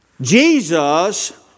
Jesus